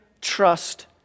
trust